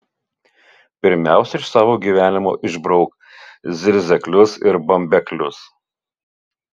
pirmiausia iš savo gyvenimo išbrauk zirzeklius ir bambeklius